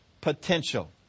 potential